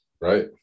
right